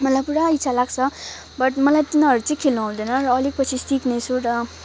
मलाई पुरा इच्छा लाग्छ बट मलाई तिनीहरू चाहिँ खेल्नु आउँदैन र अलिक पछि सिक्नेछु र